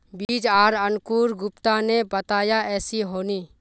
बीज आर अंकूर गुप्ता ने बताया ऐसी होनी?